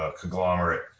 conglomerate